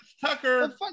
Tucker